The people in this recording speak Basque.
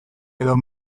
edo